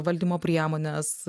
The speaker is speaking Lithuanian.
valdymo priemones